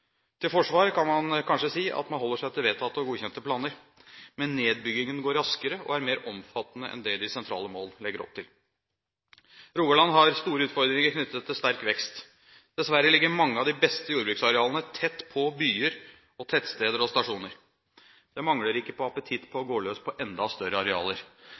Til forsvar kan man kanskje si at man holder seg til vedtatte og godkjente planer, men nedbyggingen går raskere og er mer omfattende enn det de sentrale mål legger opp til. Rogaland har store utfordringer knyttet til sterk vekst. Dessverre ligger mange av de beste jordbruksarealene tett på byer, tettsteder og stasjoner. Det mangler ikke på appetitt på å gå løs på enda større arealer: